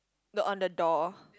no on the door